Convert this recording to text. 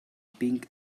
pink